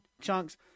chunks